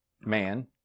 man